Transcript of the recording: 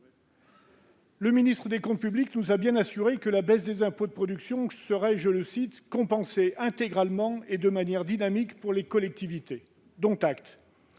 Le ministre des comptes publics nous a bien assuré que la baisse des impôts de production serait « compensée intégralement et de manière dynamique pour les collectivités ».